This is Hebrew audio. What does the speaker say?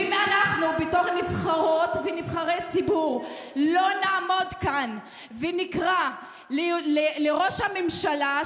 אם אנחנו בתור נבחרות ונבחרי ציבור לא נעמוד כאן ונקרא לראש הממשלה,